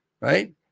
right